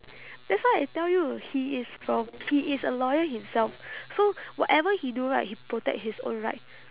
that's why I tell you he is from he is a lawyer himself so whatever he do right he protect his own right